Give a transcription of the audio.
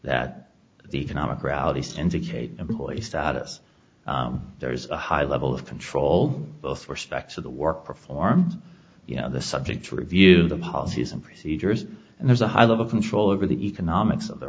the economic reality syndicate employee status there is a high level of control both respect for the work performed you know the subject to review the policies and procedures and there's a high level control over the economics of the